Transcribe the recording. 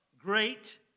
Great